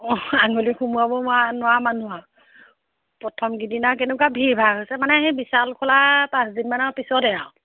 অঁ আঙুলি সোমোৱাব নোৱাৰা মানুহ আৰু প্ৰথম কেইদিনা আৰু কেনেকুৱা ভিৰ ভাৰ হৈছে মানে সেই বিশাল খোলা পাঁচ দিনমানৰ পিছতে আৰু